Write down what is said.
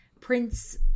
Prince